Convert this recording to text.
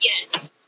Yes